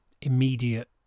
immediate